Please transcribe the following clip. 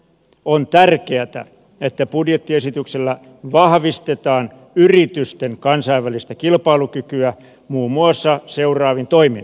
on tärkeätä että budjettiesityksellä vahvistetaan yritysten kansainvälistä kilpailukykyä muun muassa seuraavin toimin